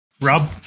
Rob